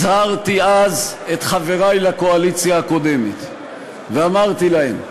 הזהרתי אז את חברי לקואליציה הקודמת ואמרתי להם: